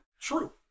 true